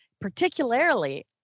Particularly